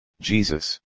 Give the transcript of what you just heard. Jesus